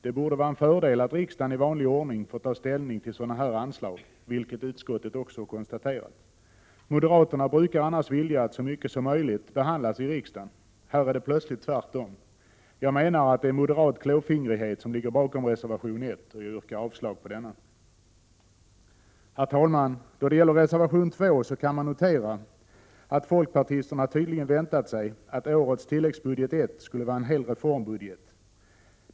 Det borde vara en fördel att riksdagen i vanlig ordning får ta ställning till sådana här anslag, vilket utskottet också konstaterat. Moderaterna brukar annars vilja att så mycket som möjligt behandlas i riksdagen. Nu är det plötsligt tvärtom. Jag menar att det är moderat klåfingrighet som ligger bakom reservation 1, och jag yrkar avslag på denna. Herr talman! Då det gäller reservation 2 kan man notera att folkpartisterna tydligen väntat sig att årets tilläggsbudget I skulle vara en hel reformbudget.